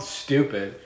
stupid